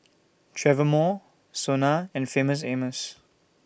Travelpro Sona and Famous Amos